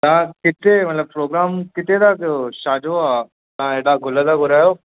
तव्हां किथे मतिलबु प्रोग्राम किथे तव्हां कयो छा जो आहे तव्हां हेॾा गुल था घुरायो